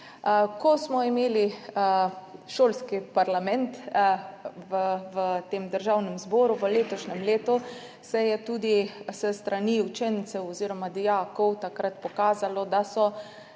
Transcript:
Ko smo imeli šolski parlament v Državnem zboru v letošnjem letu, se je tudi s strani učencev oziroma dijakov takrat pokazalo, da so